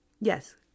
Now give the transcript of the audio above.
yes